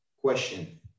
question